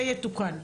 זה יתוקן.